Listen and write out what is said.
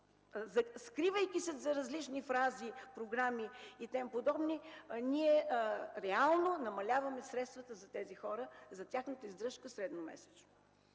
скривайки се зад различни фрази, програми и тем подобни, реално намаляваме средствата за тези хора, за тяхната издръжка средномесечно.